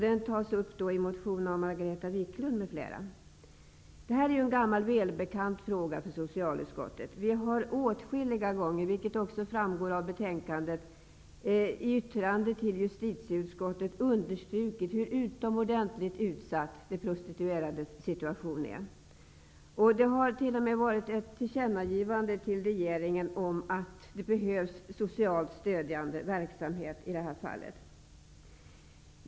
Den tas upp i en motion av Margareta Viklund, m.fl. Detta är en gammal välbekant fråga för socialutskottet. Vi har åtskilliga gånger, vilket också framgår av betänkandet, i yttranden till justitieutskottet understrukit i vilken utomordenligt utsatt situation de prostituerade är. Det har t.o.m. gjorts ett tillkännagivande till regeringen om att det behövs socialt stödjande verksamhet i det här fallet.